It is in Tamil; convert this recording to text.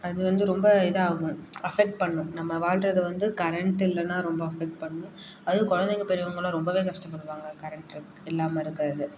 அது வந்து ரொம்ப இதாகும் அஃபெக்ட் பண்ணும் நம்ம வாழ்கிறத வந்து கரண்ட் இல்லைனா ரொம்ப அஃபெக்ட் பண்ணும் அதுவும் குழந்தைங்க பெரியவங்கள்லாம் ரொம்ப கஷ்டப்படுவாங்க கரண்ட் இருக்கு இல்லாமல் இருக்கிறது